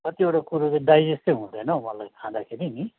कतिवटा कुरो चाहिँ डाइजेस्टै हुँदैन हौ मलाई खाँदाखेरि नि